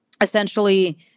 essentially